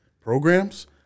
programs